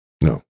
No